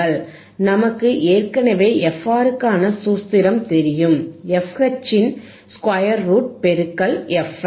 நமக்கு ஏற்கனவே fR க்கான சூத்திரம் தெரியும் fH இன் ஸ்கொயர் ரூட் பெருக்கல் fL